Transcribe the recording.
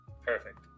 Perfect